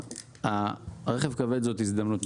רכב כבד זאת הזדמנות,